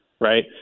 right